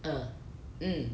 uh mm